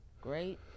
great